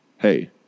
hey